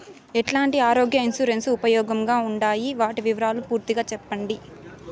ఎట్లాంటి ఆరోగ్య ఇన్సూరెన్సు ఉపయోగం గా ఉండాయి వాటి వివరాలు పూర్తిగా సెప్పండి?